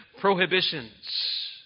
prohibitions